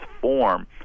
form